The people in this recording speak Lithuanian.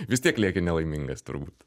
vis tiek lieki nelaimingas turbūt